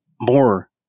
more